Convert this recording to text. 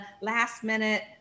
last-minute